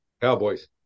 Cowboys